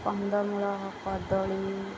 କନ୍ଦମୂଳ କଦଳୀ